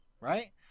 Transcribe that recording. Right